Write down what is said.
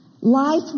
life